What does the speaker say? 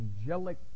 angelic